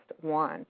one